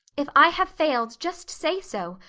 if i have failed just say so,